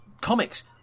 comics